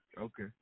Okay